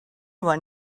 when